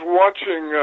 watching